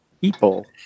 people